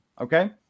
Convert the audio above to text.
okay